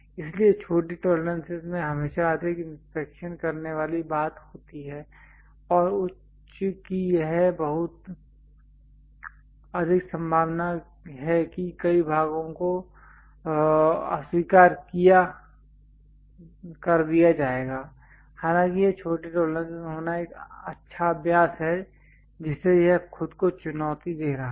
इसलिए छोटी टॉलरेंसेस में हमेशा अधिक इंस्पेक्शन करने वाली बात होती है और उच्च की यह बहुत अधिक संभावना है कि कई भागों को अस्वीकार कर दिया जाएगा हालांकि यह छोटे टॉलरेंसेस होना एक अच्छा अभ्यास है जिससे यह खुद को चुनौती दे रहा है